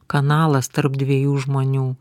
kanalas tarp dviejų žmonių